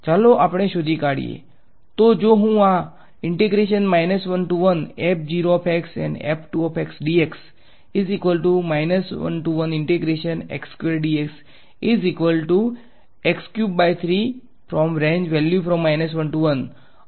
ચાલો આપણે શોધી કાઢીએ તો જો હું આ કરું અને જવાબ છે